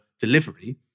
delivery